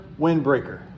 windbreaker